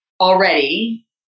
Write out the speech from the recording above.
already